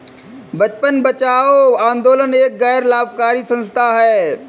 बचपन बचाओ आंदोलन एक गैर लाभकारी संस्था है